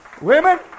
Women